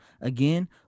Again